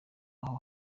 aho